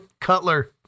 Cutler